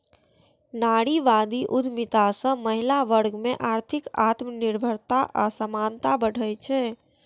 नारीवादी उद्यमिता सं महिला वर्ग मे आर्थिक आत्मनिर्भरता आ समानता बढ़ै छै